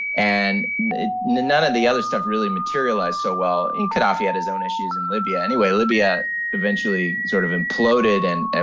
and none of the other stuff really materialized so well. and gadhafi had his own issues in libya, anyway. libya eventually sort of imploded, and, ah